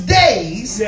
days